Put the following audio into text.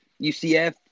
UCF –